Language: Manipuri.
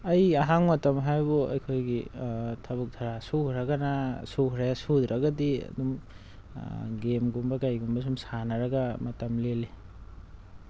ꯑꯩꯒꯤ ꯑꯍꯥꯡꯕ ꯃꯇꯝ ꯍꯥꯏꯕꯕꯨ ꯑꯩꯈꯣꯏꯒꯤ ꯊꯕꯛ ꯊꯥꯔ ꯁꯨꯈ꯭ꯔꯒꯅ ꯁꯨꯈ꯭ꯔꯦ ꯁꯨꯗ꯭ꯔꯒꯗꯤ ꯑꯗꯨꯝ ꯒꯦꯝꯒꯨꯝꯕ ꯀꯩꯒꯨꯝꯕ ꯁꯨꯝ ꯁꯥꯟꯅꯔꯒ ꯃꯇꯝ ꯂꯦꯜꯂꯤ